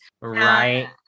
right